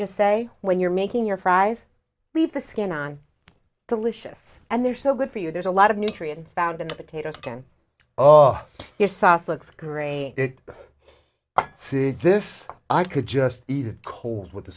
just say when you're making your fries leave the skin on delicious and they're so good for you there's a lot of nutrients found in the potatoes of your sauce looks great i see this i could just eat it cold with